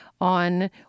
on